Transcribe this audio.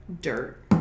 dirt